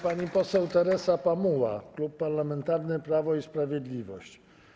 Pani poseł Teresa Pamuła, Klub Parlamentarny Prawo i Sprawiedliwość.